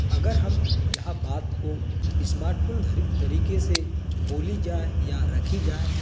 अगर हम यहाँ बात को स्मार्टफोन धरित तरीके से बोली जाए या रखी जाए